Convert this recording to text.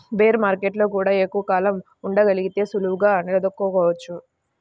bear మార్కెట్టులో గూడా ఎక్కువ కాలం ఉండగలిగితే సులువుగా నిలదొక్కుకోవచ్చు